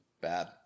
Bad